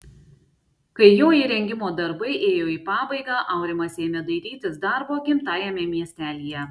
kai jo įrengimo darbai ėjo į pabaigą aurimas ėmė dairytis darbo gimtajame miestelyje